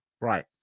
Right